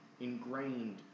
ingrained